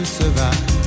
survive